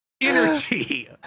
energy